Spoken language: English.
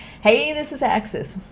hey this is axys,